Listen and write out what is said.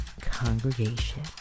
congregation